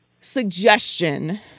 suggestion